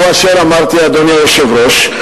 הוא אשר אמרתי, אדוני היושב-ראש.